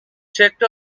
checked